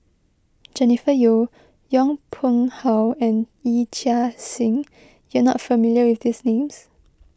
Jennifer Yeo Yong Pung How and Yee Chia Hsing you are not familiar with these names